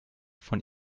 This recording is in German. von